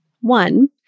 One